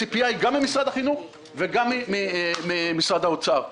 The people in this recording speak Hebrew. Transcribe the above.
הציפייה היא גם ממשרד החינוך וגם ממשרד האוצר.